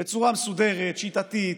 בצורה מסודרת, שיטתית,